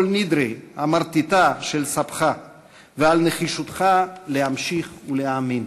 נדרי" המרטיטה של סבך ועל נחישותך להמשיך ולהאמין.